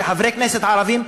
כחברי כנסת ערבים,